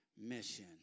mission